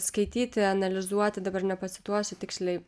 skaityti analizuoti dabar nepacituosiu tiksliai